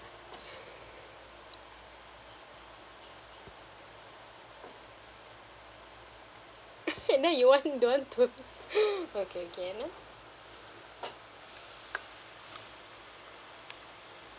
and then you want don't want to okay K and then